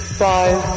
five